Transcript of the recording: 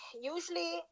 usually